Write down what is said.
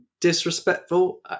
disrespectful